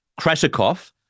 Krasikov